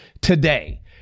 today